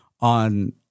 on